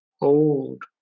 old